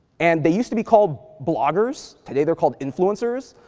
and they use to be called bloggers. today, they're called influencers,